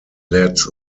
led